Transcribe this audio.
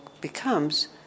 becomes